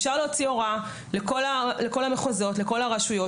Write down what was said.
אפשר להוציא הוראה לכל המחוזות ולכל הרשויות,